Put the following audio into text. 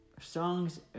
songs